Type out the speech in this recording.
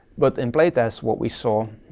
but in play test, what we saw